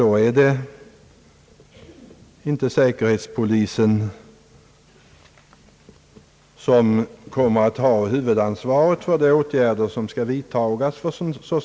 Då är det dock inte säkerhetspolisen som kommer att ha huvudansvaret för de åtgärder som skall vidtagas.